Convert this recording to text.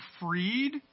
freed